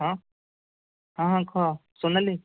ହଁ ହଁ ହଁ କହ ସୋନାଲି